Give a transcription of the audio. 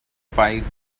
five